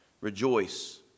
rejoice